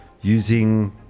using